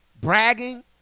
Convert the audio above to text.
bragging